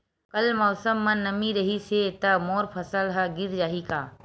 कल मौसम म नमी रहिस हे त मोर फसल ह गिर जाही का?